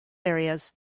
areas